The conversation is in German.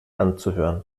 anzuhören